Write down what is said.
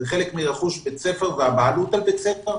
זה חלק מרכוש בית הספר והבעלות על בית הספר,